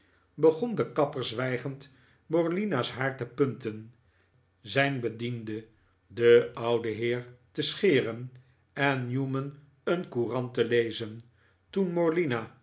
begon de kapper zwijgend morlina's haar te punten zijn bediende den ouden heer te scheren en newman een courant te lezen toen